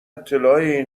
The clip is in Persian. اطلاعی